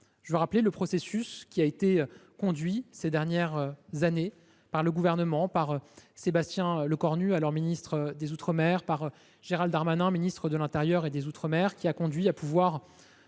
Je rappelle le processus qui a été conduit ces dernières années par le Gouvernement, par Sébastien Lecornu, quand il était ministre des outre mer, par Gérald Darmanin, ministre de l’intérieur et des outre mer. Il a permis